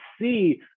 see